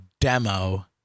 demo